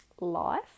life